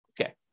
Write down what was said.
Okay